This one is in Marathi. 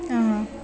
हां हां